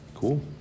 Cool